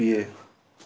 ꯄꯤꯌꯦ